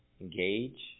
engage